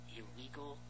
illegal